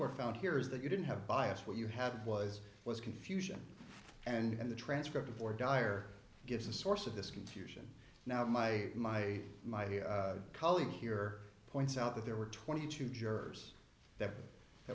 er found here is that you didn't have bias what you have was was confusion and the transcript for dire gives the source of this confusion now my my my colleague here points out that there were twenty two jurors that th